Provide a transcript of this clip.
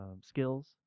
skills